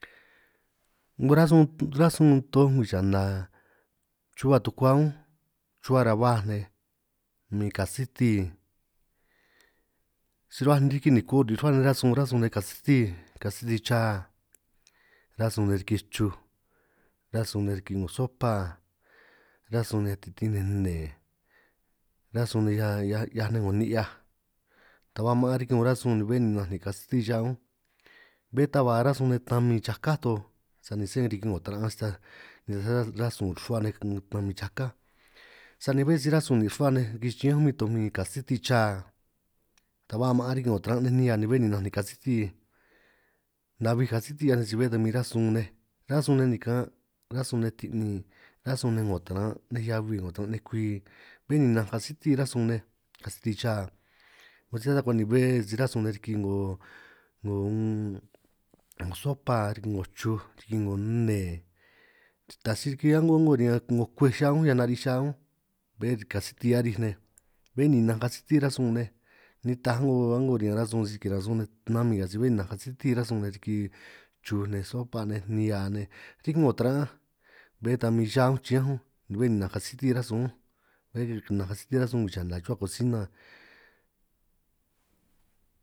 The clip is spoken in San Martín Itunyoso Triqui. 'Ngo rasun ranj sun toj ngwii chana chuhua tukua unj, rruhua ran baj nej min kasiti si rruhuaj ni riki niko nin' rruhua nej rasun ranj sun nej, kasiti kasiti cha ranj sun nej riki chuj ranj sun nej riki 'ngo sopa, ranj sun nej riki nne ranj sun nej ñan 'hiaj nej 'ngo ni'hiaj, ta ba maan riki 'ngo rasun ni bé ninanj nin' kasiti cha unj, bé ta ba ranj sun nej tnamin chakáj toj sani sé riki 'ngo taran'anj sta ranj sun nin' rruhua nej min tnamin chakáj, sani bé si ranj sun nin' rruhua nej riki chiñánj min toj min kasiti cha, ta ba maan riki 'ngo taran nej nihia ni bé ninaj nin' kasiti nabij kasiti 'hiaj nej, ni si bé ta min ranj sun nej ranj sun ne' nikan' ranj sun nej ti'nin ranj sun nej, 'ngo taran' nej heabi 'ngo taran' nej kwi bé ninanj kasiti ranj sun nej, kasiti cha 'ngo si kwenta bé si ranj sun nej riki 'ngo 'ngo un 'ngo sopa riki 'ngo chu, riki 'ngo nne taj si riki a'ngo 'ngo riñan 'ngo kwej cha unj, ñan nari'ij cha unj bé kasiti arij nej bé ninanj kasiti ranj sunj nej, nitaj a'ngo a'ngo riñan rasun si kiran sun nej tnami si bé ninanj kasiti ranj sun nej, riki chu nej sopa nej nihia nej riki 'ngo taran'anj bé ta min cha unj, chiñán unj bé ninanj kasiti ranj suun bé ninanj kasiti ranj sun kwi chana rruhua kosina.